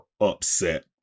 upset